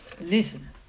Listen